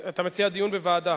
אתה מציע דיון בוועדה.